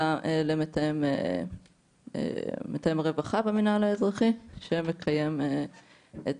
למתאם הרווחה במינהל האזרחי, שמקיים את